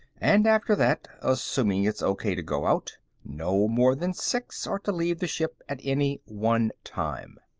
and after that assuming it's ok to go out no more than six are to leave the ship at any one time.